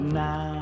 now